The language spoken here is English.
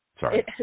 Sorry